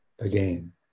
again